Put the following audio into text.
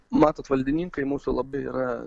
matot valdininkai mūsų labiau yra